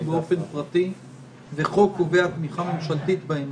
באופן פרטי וחוק קובע תמיכה ממשלתית בהם.